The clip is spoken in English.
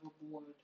aboard